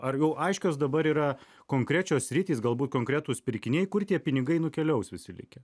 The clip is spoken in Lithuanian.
ar jau aiškios dabar yra konkrečios sritys galbūt konkretūs pirkiniai kur tie pinigai nukeliaus visi likę